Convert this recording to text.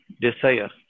desire